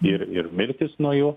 ir ir mirtys nuo jų